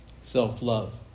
self-love